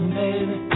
baby